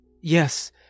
Yes